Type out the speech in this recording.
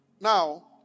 Now